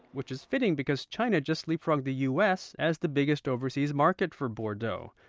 which is fitting because china just leapfrogged the u s. as the biggest overseas market for bordeaux.